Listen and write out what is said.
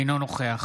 אינו נוכח